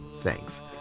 thanks